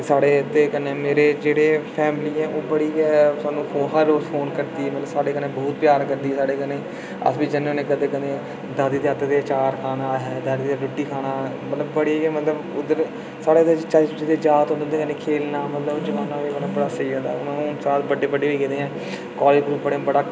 साढ़े ओह्दे कन्नै मेरे जेह्ड़े फैमिली ऐ ओह् बड़ी गै सानूं हर रोज फोन करदी मतलब साढ़े कन्नै बहुत प्यार करदी ऐ मतलब साढ़े कन्नै अस बी जन्ने होन्ने आं कदें कदें दादी दी आदत ऐ अचार पाना असें मतलब मिट्टी खाना बड़ी गै मतलब उं'दे साढ़ा ते चाऽ उं'दे कन्नै खेल्लना मतलब जमाना बड़ा स्हेई होंदा हा हू'न अस बड्डे बड्डे होई गेदे आं कॉलेज पढ़ा दे